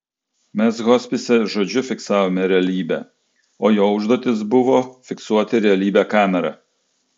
mes hospise žodžiu fiksavome realybę o jo užduotis buvo fiksuoti realybę kamera